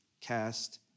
cast